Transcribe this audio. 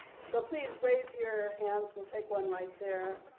so please raise your hands we'll take one right there.